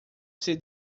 ser